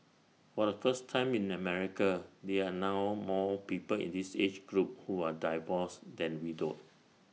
for the first time in America there are now more people in this age group who are divorced than widowed